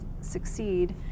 succeed